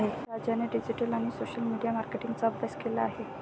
राजाने डिजिटल आणि social media मार्केटिंगचा अभ्यास केला आहे